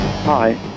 Hi